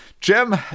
Jim